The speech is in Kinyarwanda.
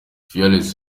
fearless